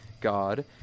God